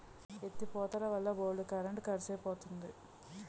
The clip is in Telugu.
ఎత్తి పోతలవల్ల బోల్డు కరెంట్ కరుసైపోతంది